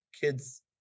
kids